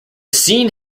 scene